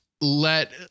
let